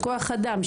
כוח אדם,